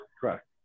Correct